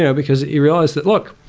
yeah because you realize that look,